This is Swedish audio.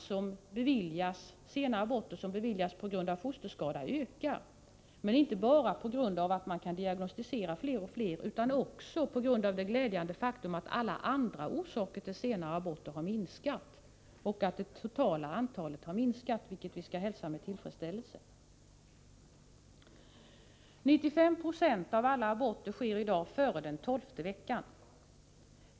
Även antalet sena aborter som beviljas på grund av fosterskada ökar, men inte bara på grund av att man kan diagnostisera fler och fler fall. Det är också ett glädjande faktum att alla andra orsaker till sena aborter har minskat och att det totala antalet har minskat, vilket vi skall hälsa med tillfredsställelse. 95 90 av alla aborter sker i dag före den 12:e veckan.